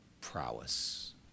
prowess